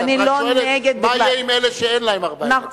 את רק שואלת מה יהיה עם אלה שאין להם ארבעה ילדים.